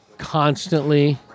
constantly